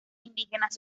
indígenas